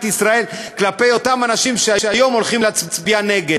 ישראל בעיני אותם אנשים שהיום הולכים להצביע נגד.